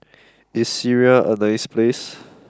is Syria a nice place